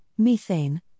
methane